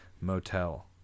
motel